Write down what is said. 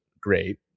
great